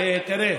תראה,